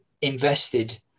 invested